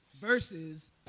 Versus